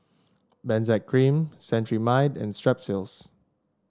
Benzac Cream Cetrimide and Strepsils